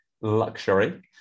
luxury